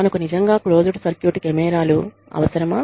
మనకు నిజంగా closed circuit కెమెరాలు అవసరమా